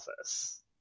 office